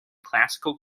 classical